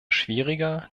schwieriger